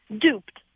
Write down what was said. duped